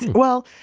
well,